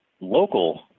local